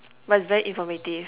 but it's very informative